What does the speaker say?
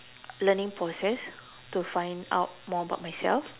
learning process to find out more about myself